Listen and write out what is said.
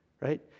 Right